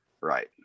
Right